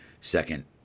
second